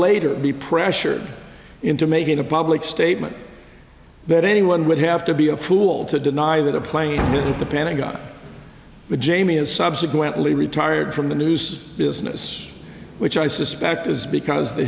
later be pressured into making a public statement that anyone would have to be a fool to deny that a plane hit the pentagon but jamie has subsequently retired from the news business which i suspect is because the